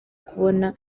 kubona